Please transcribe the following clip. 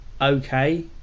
okay